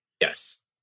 yes